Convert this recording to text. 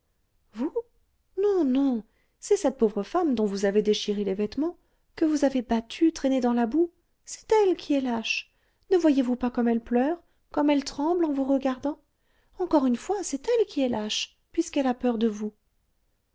non non c'est cette pauvre femme dont vous avez déchiré les vêtements que vous avez battue traînée dans la boue c'est elle qui est lâche ne voyez-vous pas comme elle pleure comme elle tremble en vous regardant encore une fois c'est elle qui est lâche puisqu'elle a peur de vous